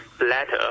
letter